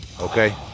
Okay